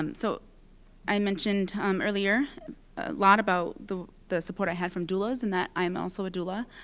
um so i mentioned um earlier a lot about the the support i had from doulas and that i'm also a doula.